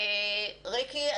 ריקי,